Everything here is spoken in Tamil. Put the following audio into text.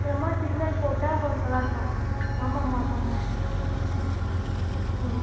சீக்கிரமா சிக்னல் போட்டால் கொஞ்சம் நல்லாயிருக்கும் ஆமாம் ஆமாம்மா ம் ம்